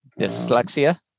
Dyslexia